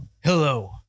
Hello